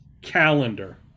calendar